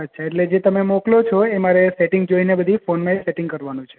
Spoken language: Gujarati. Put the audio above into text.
અચ્છા એટલે જે તમે મોકલો છો એ મારે સેટિંગ જોઈને બધી ફોનમાં સેટિંગ કરવાનું છે